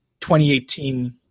2018